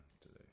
today